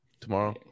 tomorrow